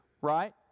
right